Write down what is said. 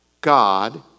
God